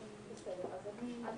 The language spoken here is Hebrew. אחרי סעיף 4 יבוא: "4א.